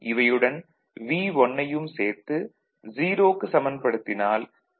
இவையுடன் V1 ஐயும் சேர்த்து 0 க்கு சமன்படுத்தினால் கே